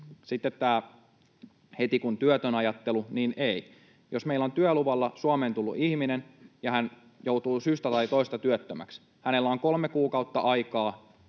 Sitten tämä ”heti, kun työtön” -ajattelu: Ei. Jos meillä on työluvalla Suomeen suorittavaan portaaseen tullut ihminen ja hän joutuu syystä tai toisesta työttömäksi, hänellä on kolme kuukautta aikaa